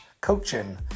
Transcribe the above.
coaching